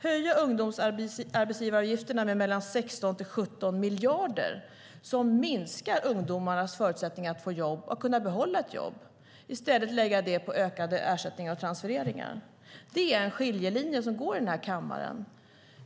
Man vill höja arbetsgivaravgifterna med 16-17 miljarder, som minskar ungdomarnas förutsättningar att få jobb och att kunna behålla ett jobb, och i stället lägga det på ökade ersättningar och transfereringar. Det är en skiljelinje som går i den här kammaren.